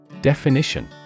Definition